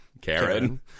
Karen